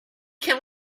can